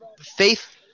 faith